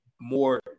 more